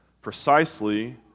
precisely